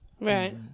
Right